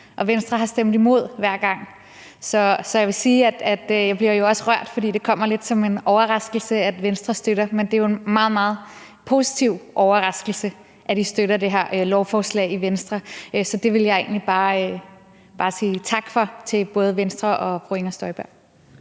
og Venstre har stemt imod hver gang. Så jeg vil sige, at jeg også bliver rørt, fordi det kommer lidt som en overraskelse, at Venstre støtter det, men det er jo en meget, meget positiv overraskelse, at I støtter det her lovforslag i Venstre. Så det vil jeg egentlig bare sige tak for til både Venstre og fru Inger Støjberg.